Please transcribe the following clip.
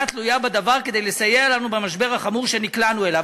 תלויה בדבר כדי לסייע לנו במשבר החמור שנקלענו אליו".